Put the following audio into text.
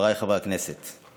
חבריי חברי הכנסת,